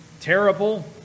terrible